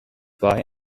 why